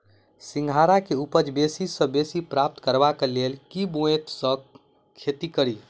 सिंघाड़ा केँ उपज बेसी सऽ बेसी प्राप्त करबाक लेल केँ ब्योंत सऽ खेती कड़ी?